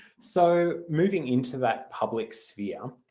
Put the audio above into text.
so moving into that public sphere